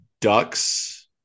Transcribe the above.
Ducks